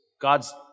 God's